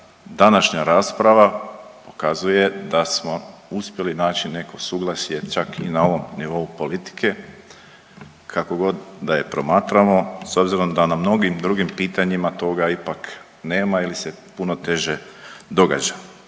današnja rasprava pokazuje da smo uspjeli naći neko suglasje čak i na ovom nivou politike, kakogod da je promatramo s obzirom da na mnogim drugim pitanjima toga ipak nema ili se puno teže događa.